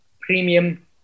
premium